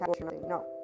no